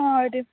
অঁ ৰৈ দিম